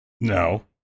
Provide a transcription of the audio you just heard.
No